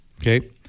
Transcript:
Okay